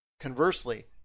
conversely